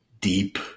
deep